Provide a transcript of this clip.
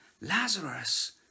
Lazarus